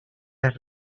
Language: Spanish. las